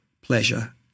pleasure